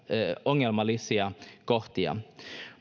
ongelmallisia kohtia